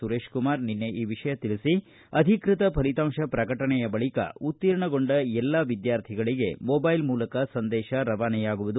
ಸುರೇಶಕುಮಾರ ನಿನ್ನೆ ಈ ವಿಷಯ ತಿಳಿಸಿ ಅಧಿಕೃತ ಫಲಿತಾಂತ ಪ್ರಕಟಣೆಯ ಬಳಿಕ ಉತ್ತೀರ್ಣಗೊಂಡ ಎಲ್ಲಾ ವಿದ್ಯಾರ್ಥಿಗಳಿಗೆ ಮೊಬೈಲ್ ಮೂಲಕ ಸಂದೇಶ ರವಾನೆಯಾಗುವುದು